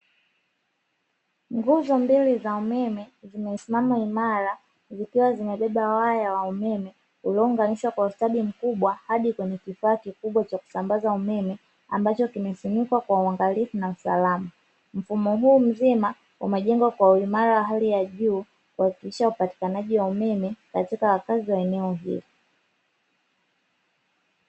Nguzo mbili za umeme zimesimama imara, zikiwa zimebeba waya wa umeme; ulionganishwa kwa ustadi mkubwa hadi kwenye kifaa kikubwa cha kusambaza umeme; ambacho kimesimikwa kwa uangalifu na salama. Mfumo huu mzima umejengwa kwa uimara wa hali ya juu, kuhakikisha upatikanaji wa umeme katika wakazi wa eneo hilo.